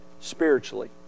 spiritually